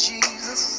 Jesus